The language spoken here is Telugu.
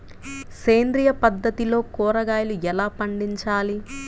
సేంద్రియ పద్ధతిలో కూరగాయలు ఎలా పండించాలి?